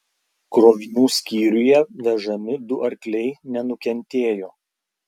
krovinių skyriuje vežami du arkliai nenukentėjo